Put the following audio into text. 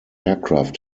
aircraft